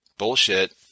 bullshit